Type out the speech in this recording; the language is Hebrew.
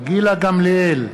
גילה גמליאל,